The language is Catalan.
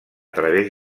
través